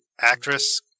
actress